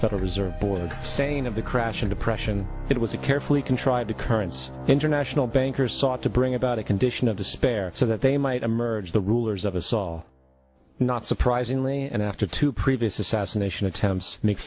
federal reserve board saying of the crash of depression it was a carefully contrived occurrence international bankers sought to bring about a condition of despair so that they might emerge the rulers of us all not surprisingly and after two previous assassination attempt